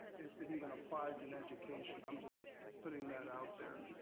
if it even applies in education. i'm just putting that out there.